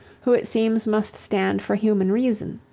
who it seems must stand for human reason.